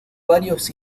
varios